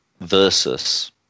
versus